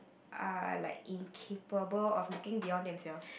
are like incapable of looking beyond themselves